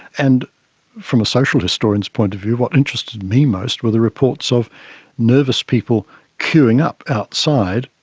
and from a social historian's point of view, what interested me most were the reports of nervous people queueing up outside,